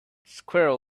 squirrel